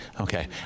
Okay